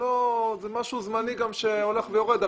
זה משהו זמני שהולך ויורד.